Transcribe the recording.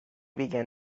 began